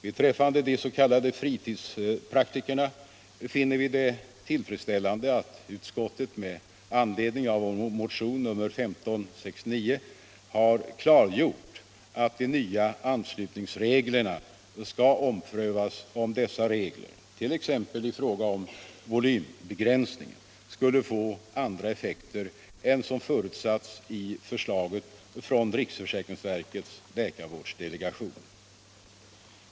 I vad gäller de s.k. fritidspraktikerna finner vi det tillfredsställande att utskottet med anledning av vår motion 1569 har klargjort att de nya anslutningsreglerna skall omprövas, om dessa regler — t.ex. i fråga om volymbegränsningen — skulle få andra effekter än som förutsatts i förslaget från riksförsäkringsverkets läkarvårdsdelegation.